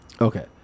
Okay